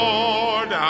Lord